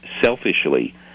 selfishly